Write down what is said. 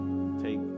Take